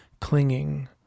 clinging